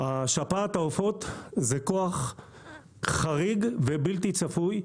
השפעת העופות זה כוח חריג ובלתי צפוי,